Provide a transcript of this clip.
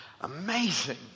Amazing